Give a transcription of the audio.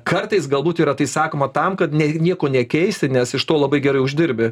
kartais galbūt yra tai sakoma tam kad nieko nekeisti nes iš to labai gerai uždirbi